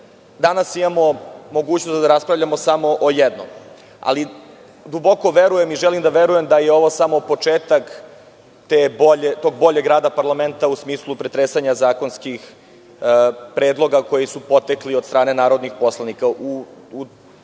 imamo mogućnost da raspravljamo samo o jednom, ali duboko verujem i želim da verujem da je ovo samo početak tog boljeg rada parlamenta u smislu pretresanja zakonskih predloga koji su potekli od strane narodnih poslanika.